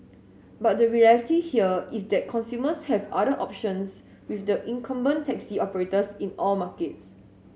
but the reality here is that consumers have other options with the incumbent taxi operators in all markets